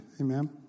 Amen